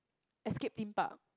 Escape-Theme-Park